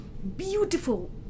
beautiful